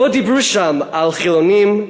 לא דיברו שם על חילונים,